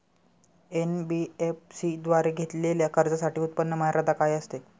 NBFC द्वारे घेतलेल्या कर्जासाठी उत्पन्न मर्यादा काय असते?